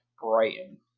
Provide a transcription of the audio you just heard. Brighton